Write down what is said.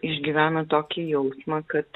išgyvena tokį jausmą kad